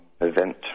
event